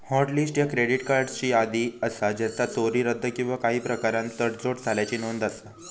hot list ह्या credit कार्ड्सची यादी असा ज्याचा चोरी, रद्द किंवा काही प्रकारान तडजोड झाल्याची नोंद असा